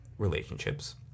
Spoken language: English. relationships